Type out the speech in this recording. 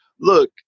look